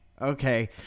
okay